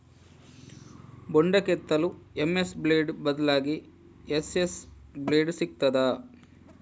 ಬೊಂಡ ಕೆತ್ತಲು MS blade ಬದ್ಲಾಗಿ ಎಸ್.ಎಸ್ ಬ್ಲೇಡ್ ಸಿಕ್ತಾದ?